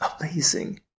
Amazing